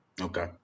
Okay